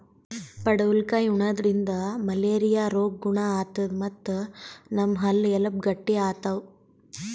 ಪಡವಲಕಾಯಿ ಉಣಾದ್ರಿನ್ದ ಮಲೇರಿಯಾ ರೋಗ್ ಗುಣ ಆತದ್ ಮತ್ತ್ ನಮ್ ಹಲ್ಲ ಎಲಬ್ ಗಟ್ಟಿ ಆತವ್